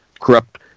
corrupt